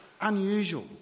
unusual